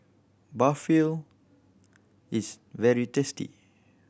barfil is very tasty